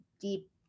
deep